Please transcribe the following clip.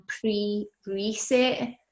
pre-reset